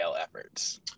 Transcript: efforts